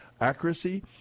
accuracy